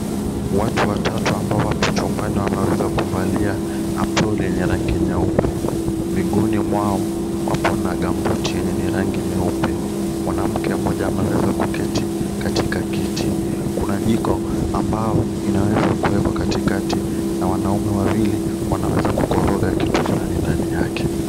Watu watatu ambao wako chumbani wameweza kuvalia aproni yenye rangi nyeupe, miguuni mwao wako na gumboots yenye ni rangi nyeupe. Mwanamke mmoja ameweza kuketi katika kiti. Kuna jiko ambao inaweza kuwekwa katikati na wanaume wawili wanaweza kukoroga kitu fulani ndani yake.